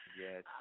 Yes